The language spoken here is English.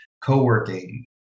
co-working